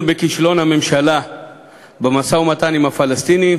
בכישלון הממשלה במשא-ומתן עם הפלסטינים